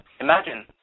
Imagine